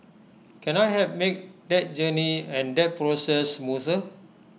can I help make that journey and that process smoother